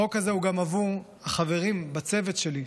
החוק הזה הוא גם עבור החברים בצוות שלי,